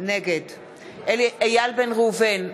נגד איל בן ראובן,